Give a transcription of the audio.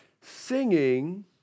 Singing